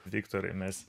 viktorai mes